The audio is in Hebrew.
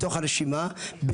מתוך הרשימה,